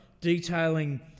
detailing